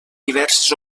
diverses